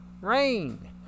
rain